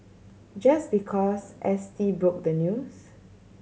just because S T broke the news